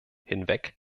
hinweg